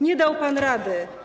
Nie dał pan rady.